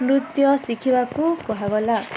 ନୃତ୍ୟ ଶିଖିବାକୁ କୁହାଗଲା